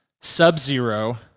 Sub-Zero